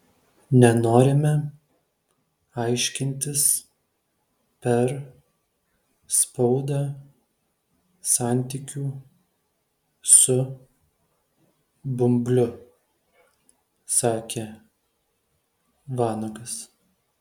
nenorime aiškintis per spaudą santykių su bumbliu sakė vanagas